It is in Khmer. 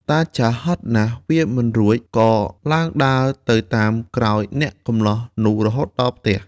តាចាស់ហត់ណាស់វារមិនរួច ក៏ឡើងដើរទៅតាមក្រោយអ្នកកម្លោះនោះរហូតទៅដល់ផ្ទះ។